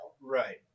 Right